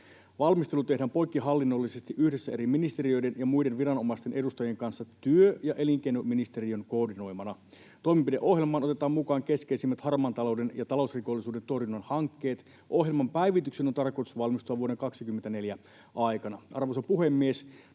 Valmistelu tehdään poikkihallinnollisesti yhdessä eri ministeriöiden ja muiden viranomaisten edustajien kanssa työ- ja elinkeinoministeriön koordinoimana. Toimenpideohjelmaan otetaan mukaan keskeisimmät harmaan talouden ja talousrikollisuuden torjunnan hankkeet. Ohjelman päivityksen on tarkoitus valmistua vuoden 2024 aikana.” Arvoisa puhemies!